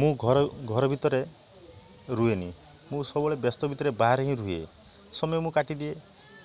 ମୁଁ ଘର ଘର ଭିତରେ ରୁହେନି ମୁଁ ସବୁବେଳେ ବ୍ୟସ୍ତ ଭିତରେ ବାହାରେ ହିଁ ରୁହେ ସମୟ ମୁଁ କାଟିଦିଏ